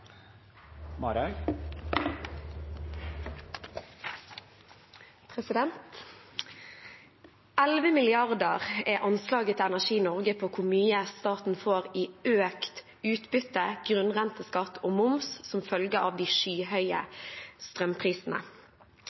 er anslaget til Energi Norge på hvor mye staten får i økt utbytte, grunnrenteskatt og moms som følge av de skyhøye strømprisene.